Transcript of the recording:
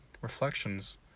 reflections